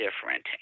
different